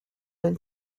been